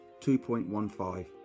2.15